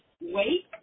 wait